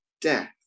death